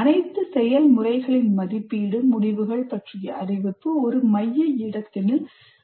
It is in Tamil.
அனைத்து செயல்முறைகளின் மதிப்பீடு முடிவுகள் பற்றிய அறிவிப்பு ஒரு மைய இடத்தினில் செய்யப்படுகிறது